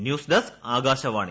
news desk Akashvani